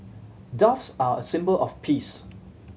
doves are a symbol of peace